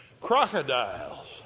crocodiles